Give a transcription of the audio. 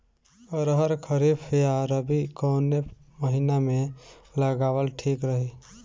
अरहर खरीफ या रबी कवने महीना में लगावल ठीक रही?